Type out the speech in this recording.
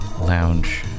lounge